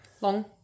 Long